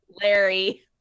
larry